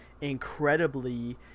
incredibly